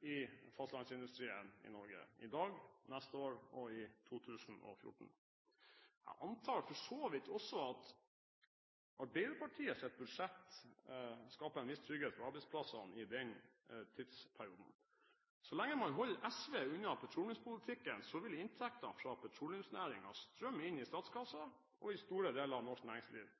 i fastlandsindustrien i Norge i dag, neste år og i 2014. Jeg antar for så vidt også at Arbeiderpartiet sitt budsjett skaper en viss trygghet for arbeidsplassene i den tidsperioden. Så lenge man holder SV unna petroleumspolitikken, vil inntektene fra petroleumsnæringen strømme inn i statskassen og i store deler av norsk næringsliv.